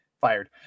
fired